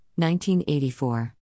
1984